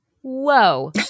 Whoa